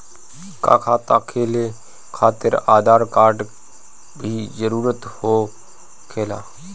का खाता खोले खातिर आधार कार्ड के भी जरूरत होखेला?